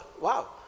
wow